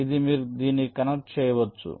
ఇది మీరు దీనికి కనెక్ట్ చేయవచ్చు